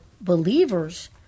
believers